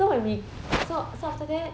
so when we so so after that